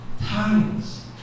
times